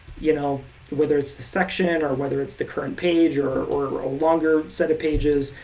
you know whether it's the section, and or whether it's the current page, or or a longer set of pages,